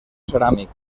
ceràmic